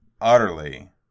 utterly